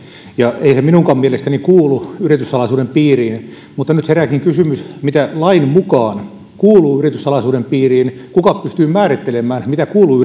ei se minunkaan mielestäni kuulu yrityssalaisuuden piiriin mutta nyt herääkin kysymys mitä lain mukaan kuuluu yrityssalaisuuden piiriin kuka pystyy määrittelemään mitä kuuluu